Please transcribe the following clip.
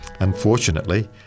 Unfortunately